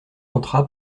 entra